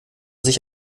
sich